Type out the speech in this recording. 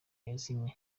yazimye